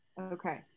okay